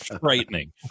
frightening